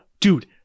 Dude